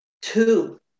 Two